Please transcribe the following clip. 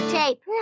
tape